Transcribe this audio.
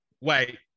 wait